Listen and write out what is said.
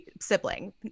sibling